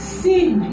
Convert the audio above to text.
sin